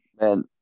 Man